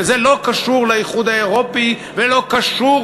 זה לא קשור לאיחוד האירופי ולא קשור